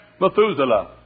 Methuselah